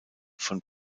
von